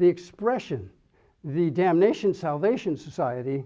the expression the damnation salvation society